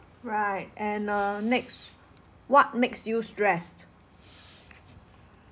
right and uh next what makes you stressed